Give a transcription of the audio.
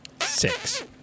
Six